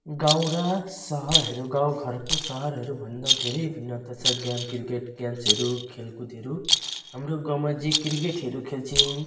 गाउँ र सहरहरू गाउँ घरको सहरहरू भन्दा धेरै भिन्नता छ गेम क्रिकेट गेम्सहरू खेलकुदहरू हाम्रो गाउँमा जे क्रिकेटहरू खेल्छौँ